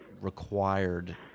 required